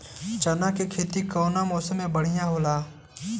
चना के खेती कउना मौसम मे बढ़ियां होला?